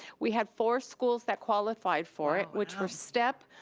we had four schools that qualified for it, which were step,